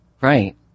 Right